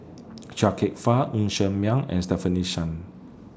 Chia Kwek Fah Ng Ser Miang and Stefanie Sun